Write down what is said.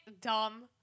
dumb